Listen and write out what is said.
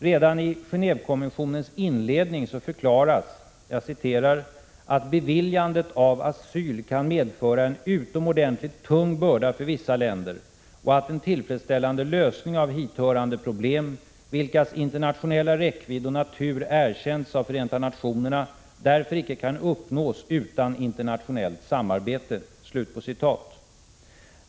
Redan i Gen&vekonventionens inledning förklaras ”att beviljandet av asyl kan medföra en utomordentligt tung börda för vissa länder och att en tillfredsställande lösning av hithörande problem, vilkas internationella räckvidd och natur erkänts av Förenta nationerna, därför icke kan uppnås utan internationellt samarbete”.